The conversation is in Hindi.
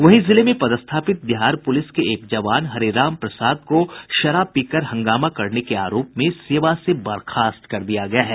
वहीं जिले में पदस्थापित बिहार पुलिस के एक जवान हरेराम प्रसाद को शराब पीकर हंगामा करने के आरोप में सेवा से बर्खास्त कर दिया गया है